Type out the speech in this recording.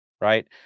right